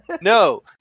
No